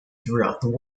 throughout